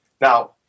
Now